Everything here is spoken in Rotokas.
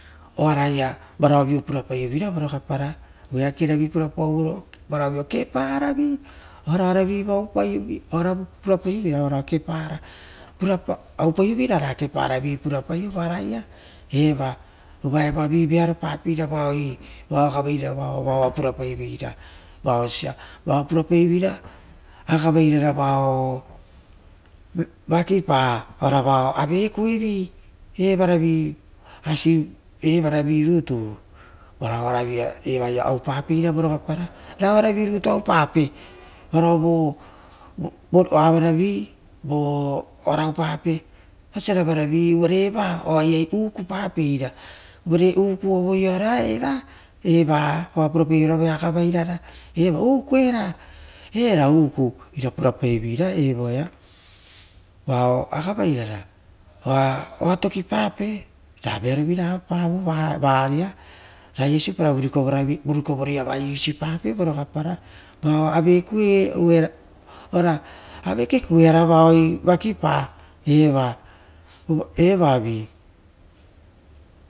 Oaraia varaovi puraparovera eakera vi keparavi oraravu oupaiveira oara pura paivera keparavi purapaive vara ia. Uva evoa vi vearo papeira vao agavairana oa pura paiveira, vao pura paivera agavairara oisia varo avekuive evana virutu ra evaia oupa peira vorogaparo vo oa, ra a pape, evara vi orare eva oaia ukupapeira, uvare uku ovoiaroa, ukuu era, era uku ina purapaiveira evoia. Vao agavairara oa tokipaiveira, ravearo vira avapavio, ra esara vuri kovoroia va purapape vao are kuie vaoi vakipa era vi.